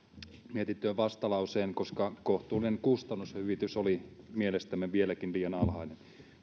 mietintöön vastalauseen koska kohtuullinen kustannushyvitys oli mielestämme vieläkin liian alhainen